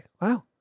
Wow